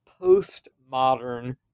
post-modern